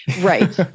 Right